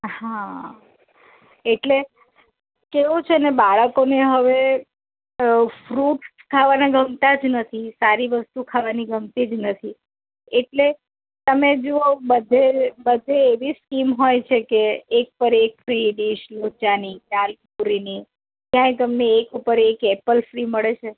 હ એટલે કેવું છેને બાળકોને હવે ફ્રૂટ ખાવાના ગમતાં જ નથી સારી વસ્તુ ખાવાની ગમતી જ નથી એટલે તમે જુઓ બધે બધે એવી સ્કીમ હોય છેકે એક પર એક ફ્રી ડિશ લોચાની આલુપૂરીની ક્યાંય તમને એક ઉપર એક એ પણ ફ્રી મળે છે